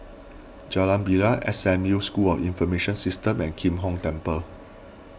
Jalan Bilal S M U School of Information Systems and Kim Hong Temple